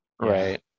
Right